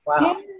Wow